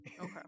Okay